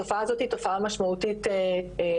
התופעה הזאת היא תופעה משמעותית לגבי,